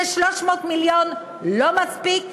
ש-300 מיליון לא מספיק לכך,